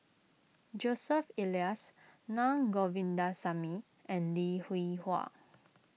Joseph Elias Naa Govindasamy and Lee Hwee Hua